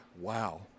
Wow